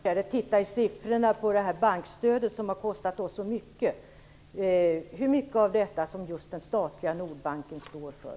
Fru talman! Då kan jag bara be Krister Örnfjäder att se hur mycket av bankstödet, vilket har kostat oss så mycket, som just den statliga Nordbanken står för.